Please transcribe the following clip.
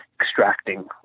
extracting